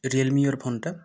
real ମି ଇୟରଫୋନଟା